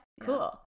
cool